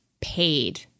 paid